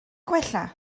gwella